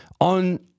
on